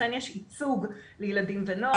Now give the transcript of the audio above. לכן יש ייצוג לילדים ונוער.